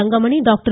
Thangamani doctor